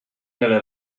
nelle